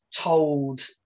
told